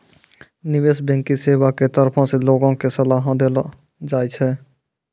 निबेश बैंकिग सेबा के तरफो से लोगो के सलाहो देलो जाय छै